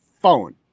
phone